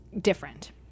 different